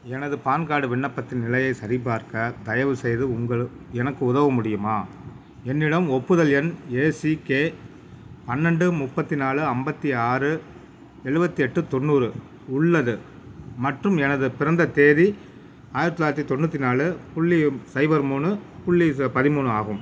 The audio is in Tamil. எனது பான் கார்டு விண்ணப்பத்தின் நிலையை சரிபார்க்க தயவுசெய்து உங்கள் எனக்கு உதவ முடியுமா என்னிடம் ஒப்புதல் எண் ஏசிகே பன்னெண்டு முப்பத்தி நாலு ஐம்பத்தி ஆறு எழுவத்தி எட்டு தொண்ணூறு உள்ளது மற்றும் எனது பிறந்த தேதி ஆயிரத்தி தொள்ளாயிரத்தி தொண்ணூற்றி நாலு புள்ளி சைபர் மூணு புள்ளி பதிமூணு ஆகும்